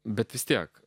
bet vis tiek